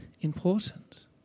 important